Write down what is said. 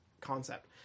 concept